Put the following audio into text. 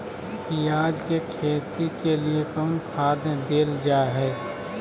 प्याज के खेती के लिए कौन खाद देल जा हाय?